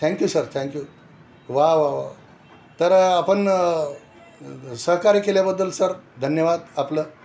thank you sir thank you वा वा वा तर आपण सहकार्य केल्याबद्दल सर धन्यवाद आपलं